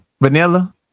vanilla